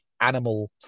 animal